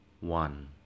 one